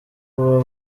kuba